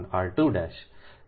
બરાબર